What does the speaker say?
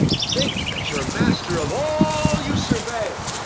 think that you are master of all you survey.